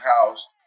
house